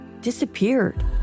disappeared